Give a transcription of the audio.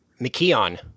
McKeon